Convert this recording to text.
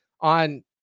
on